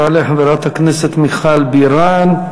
תעלה חברת הכנסת מיכל בירן.